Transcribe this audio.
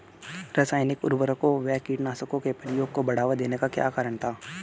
रासायनिक उर्वरकों व कीटनाशकों के प्रयोग को बढ़ावा देने का क्या कारण था?